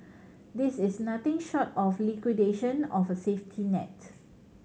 this is nothing short of liquidation of a safety net